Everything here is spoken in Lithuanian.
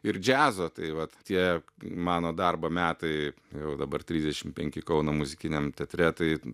ir džiazo tai vat tie mano darbo metai jau dabar trisdešim penki kauno muzikiniam teatre tai